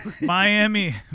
Miami